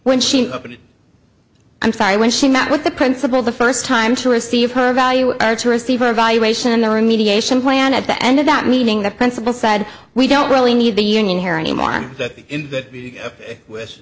when she i'm sorry when she met with the principal the first time to receive her value or to receive a valuation in the remediation plan at the end of that meeting the principal said we don't really need the union here anymore that that w